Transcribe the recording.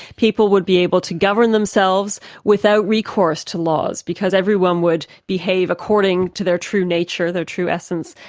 people would be able to govern themselves without recourse to laws, because everyone would behave according to their true nature, their true essence,